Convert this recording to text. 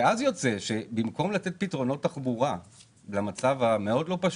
אז יוצא שבמקום לתת פתרונות תחבורה למצב המאוד לא פשוט,